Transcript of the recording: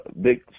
big